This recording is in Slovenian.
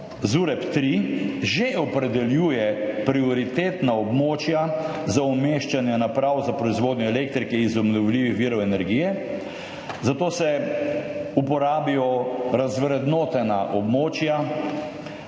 (ZUreP-3) že opredeljuje prioritetna območja za umeščanje naprav za proizvodnjo elektrike iz obnovljivih virov energije, zato se uporabijo razvrednotena območja